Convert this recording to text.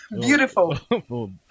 Beautiful